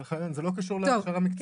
אבל חנן, זה לא קשור להכשרה מקצועית.